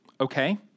Okay